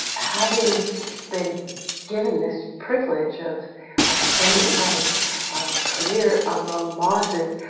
having been given this privilege of of spending my career among mosses,